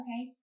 Okay